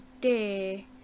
today